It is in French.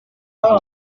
maison